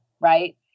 right